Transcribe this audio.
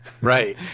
Right